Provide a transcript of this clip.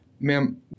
Ma'am